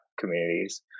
communities